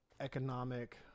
economic